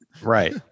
Right